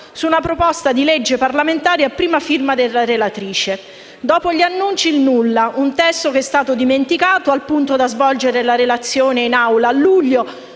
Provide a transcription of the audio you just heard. su una proposta di legge parlamentare a prima firma della relatrice. Dopo gli annunci il nulla: un testo che è stato dimenticato, al punto da svolgere la relazione in Aula a luglio